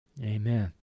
Amen